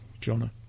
Jonah